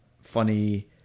funny